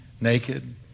naked